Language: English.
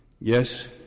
yes